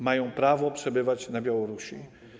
Mają prawo przebywać na Białorusi.